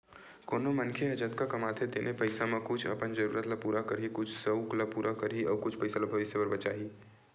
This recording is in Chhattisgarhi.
कोनो मनखे ह जतका कमाथे तेने पइसा म कुछ अपन जरूरत ल पूरा करही, कुछ सउक ल पूरा करही अउ कुछ पइसा ल भविस्य बर बचाही